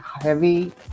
heavy